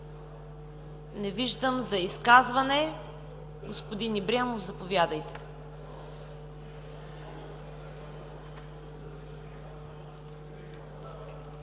Не виждам. За изказване? Господин Ибрямов, заповядайте.